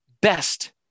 best